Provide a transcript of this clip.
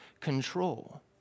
control